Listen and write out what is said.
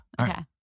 Okay